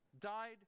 died